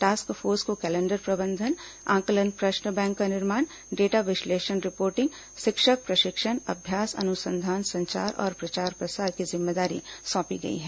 task force को calendar प्रबंधन आंकलन प्रश्न बैंक का निर्माण डेटा विश्लेषण रिपोर्टिंग शिक्षक प्रशिक्षण अभ्यास अनुसंधान संचार और प्रसार प्रसार की जिम्मेदारी सौंपी गई है